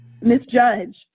misjudge